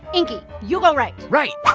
inky, you go right. right!